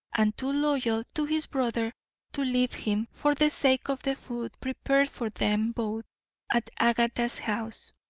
and too loyal to his brother to leave him for the sake of the food prepared for them both at agatha's house,